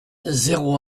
zéro